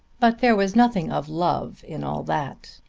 but there was nothing of love in all that.